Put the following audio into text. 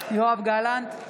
יואב גלנט,